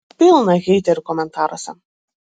pilna heiterių komentaruose